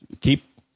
keep